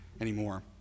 anymore